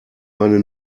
meine